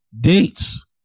dates